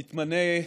יתמנה,